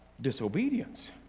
disobedience